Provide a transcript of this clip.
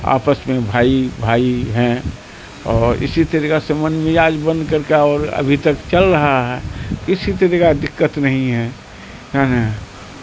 آپس میں بھائی بھائی ہیں اور اسی طریقے سے من مزاج بن کر کے اور ابھی تک چل رہا ہے کی طریقہ کا دقت نہیں ہے